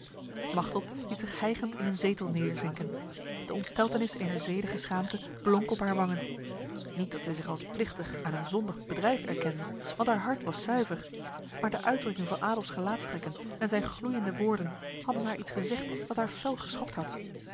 machteld liet zich hijgend in een zetel neerzinken de onsteltenis ener zedige schaamte blonk op haar wangen niet dat zij zich als plichtig aan een zondig bedrijf erkende want haar hart was zuiver maar de uitdrukking van adolfs gelaatstrekken en zijn gloeiende woorden hadden haar iets gezegd dat haar fel geschokt had